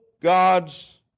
God's